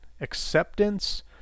acceptance